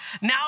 now